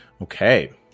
Okay